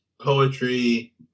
poetry